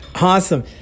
Awesome